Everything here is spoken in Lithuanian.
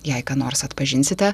jei ką nors atpažinsite